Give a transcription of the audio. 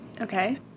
Okay